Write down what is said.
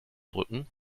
brücken